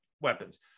weapons